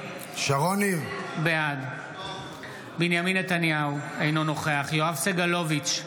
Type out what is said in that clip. בעד בנימין נתניהו, אינו נוכח יואב סגלוביץ'